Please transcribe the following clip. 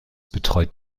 betreut